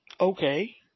Okay